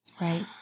Right